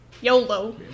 YOLO